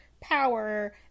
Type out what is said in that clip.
power